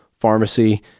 pharmacy